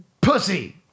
pussy